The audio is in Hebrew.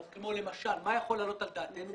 כמו שהיה בבנקים, הלוואות לצורך נישואי הילד.